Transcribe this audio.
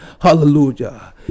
Hallelujah